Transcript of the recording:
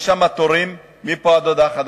יש שם תורים מפה ועד להודעה חדשה.